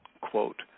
quote